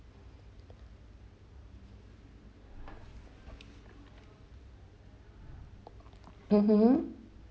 mmhmm